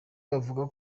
bavuga